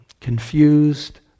confused